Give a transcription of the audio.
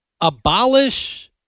Abolish